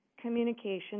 communication